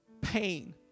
pain